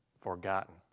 forgotten